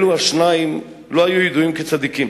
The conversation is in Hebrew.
אלו השניים לא ידועים כצדיקים